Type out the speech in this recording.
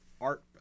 art